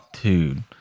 dude